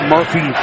Murphy